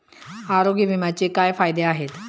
आरोग्य विम्याचे काय फायदे आहेत?